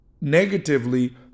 negatively